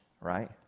right